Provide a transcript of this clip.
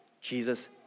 Jesus